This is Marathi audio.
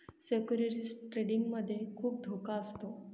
सिक्युरिटीज ट्रेडिंग मध्ये खुप धोका असतो